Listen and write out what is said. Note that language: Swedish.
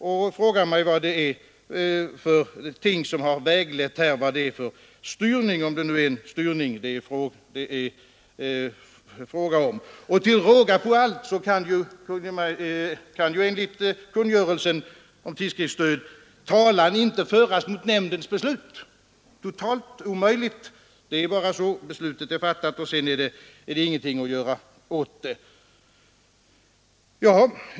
Jag frågar mig vad det är för ting som har väglett och om det har varit fråga om någon styrning. Till råga på allt kan ju enligt kungörelsen om tidskriftsstöd talan inte föras mot nämndens beslut. Det är ju totalt omöjligt. Beslutet är fattat och sedan kan man ingenting göra åt saken.